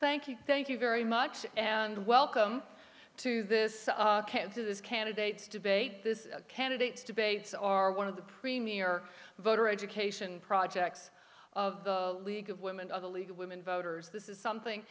thank you thank you very much and welcome to this to this candidates debate this candidates debates are one of the premier voter education projects of the league of women of the league of women voters this is something